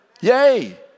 Yay